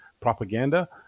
propaganda